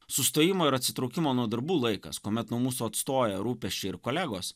sustojimo ir atsitraukimo nuo darbų laikas kuomet nuo mūsų atstoja rūpesčiai ir kolegos